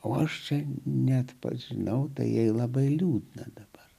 o aš čia net pats žinau tai jai labai liūdna dabar